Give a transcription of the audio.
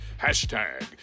hashtag